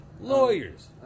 Lawyers